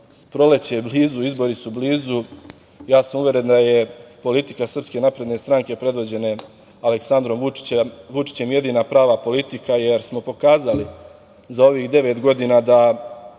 Proleće je blizu, izbori su blizu. Ja sam uveren da je politika Srpske napredne stranke predvođena Aleksandrom Vučićem jedina prava politika, jer smo pokazali za ovih devet godina da